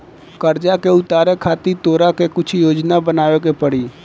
कर्जा के उतारे खातिर तोरा के कुछ योजना बनाबे के पड़ी